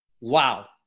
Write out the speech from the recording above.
Wow